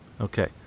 Okay